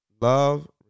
Love